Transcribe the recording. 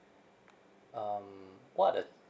um what are the